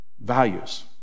values